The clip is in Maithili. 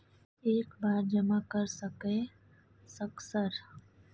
एक बार जमा कर सके सक सर?